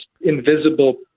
invisible